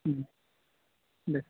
হুম বেশ